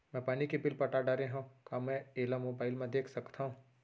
मैं पानी के बिल पटा डारे हव का मैं एला मोबाइल म देख सकथव?